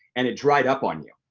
and it dried up on you,